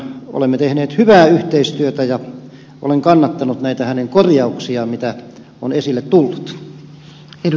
olemme tehneet hyvää yhteistyötä ja olen kannattanut näitä hänen korjauksiaan mitä on esille tullut